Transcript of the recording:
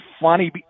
funny